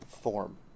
form